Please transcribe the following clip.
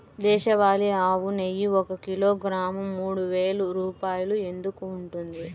దేశవాళీ ఆవు నెయ్యి ఒక కిలోగ్రాము మూడు వేలు రూపాయలు ఎందుకు ఉంటుంది?